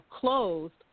closed